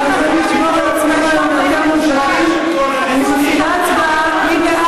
אנחנו יכולים לשמור על עצמנו, אני מפעילה הצבעה.